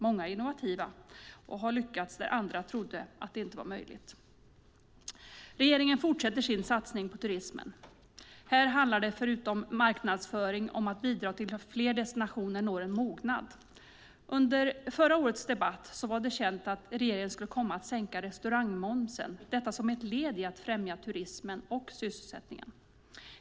Många är innovativa och har lyckats där andra trodde att det inte var möjligt. Regeringen fortsätter sin satsning på turismen. Här handlar det förutom marknadsföring om att bidra till att fler destinationer når en mognad. Under förra årets debatt var det känt att regeringen skulle komma att sänka restaurangmomsen, detta som ett led i att främja turismen och sysselsättningen.